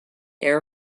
air